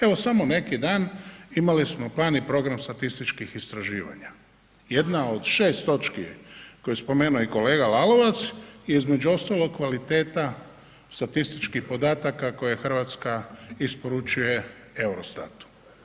Evo samo neki dan imali smo plan i program statističkih istraživanja, jedna od 6 točki koju je spomenuo i kolega Lalovac je između ostalog kvaliteta statističkih podataka koje Hrvatska isporučuje Eurostatu.